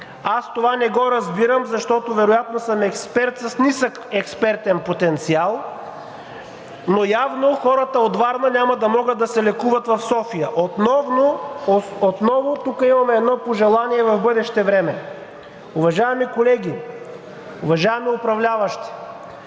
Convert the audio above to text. Аз това не го разбирам, защото вероятно съм експерт с нисък експертен потенциал, но явно хората от Варна няма да могат да се лекуват в София. Отново тук имаме едно пожелание в бъдеще време. Уважаеми колеги, уважаеми управляващи,